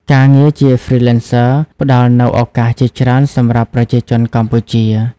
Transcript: ការងារជា Freelancer ផ្តល់នូវឱកាសជាច្រើនសម្រាប់ប្រជាជនកម្ពុជា។